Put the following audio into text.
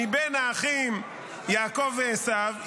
מבין האחים יעקב ועשיו,